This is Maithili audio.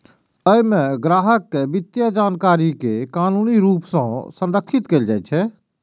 अय मे ग्राहक के वित्तीय जानकारी कें कानूनी रूप सं संरक्षित कैल जाइ छै